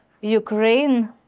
Ukraine